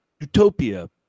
utopia